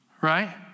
right